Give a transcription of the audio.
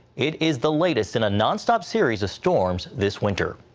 it is the latest in a nonstop series of storms this winter.